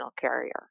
carrier